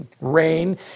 rain